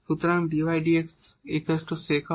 সুতরাং dydx sec x y